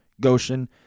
Goshen